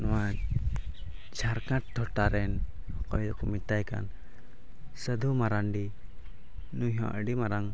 ᱱᱚᱣᱟ ᱡᱷᱟᱲᱠᱷᱚᱸᱰ ᱴᱚᱴᱷᱟ ᱨᱮᱱ ᱚᱠᱚᱭ ᱫᱚᱠᱚ ᱢᱮᱛᱟᱭ ᱠᱟᱱ ᱥᱟᱹᱫᱷᱩ ᱢᱟᱨᱟᱱᱰᱤ ᱱᱩᱭ ᱦᱚᱸ ᱟᱹᱰᱤ ᱢᱟᱨᱟᱝ